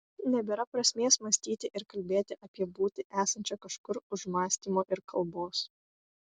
nebėra prasmės mąstyti ir kalbėti apie būtį esančią kažkur už mąstymo ir kalbos